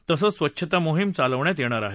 तसंच स्वच्छता मोहीम चालवण्यात येणार आहे